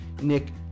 Nick